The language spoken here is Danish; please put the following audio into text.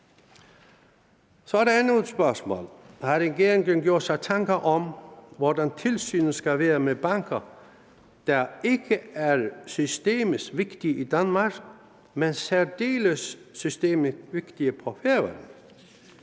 Så er der endnu et spørgsmål: Har regeringen gjort sig tanker om, hvordan tilsynet skal være med banker, der ikke er systemisk vigtige i Danmark, men særdeles systemisk vigtige på Færøerne?